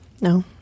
No